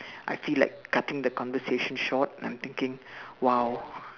I feel like cutting the conversation short I'm thinking !wow!